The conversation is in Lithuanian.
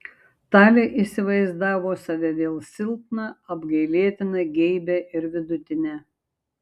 talė įsivaizdavo save vėl silpną apgailėtiną geibią ir vidutinę